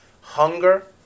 hunger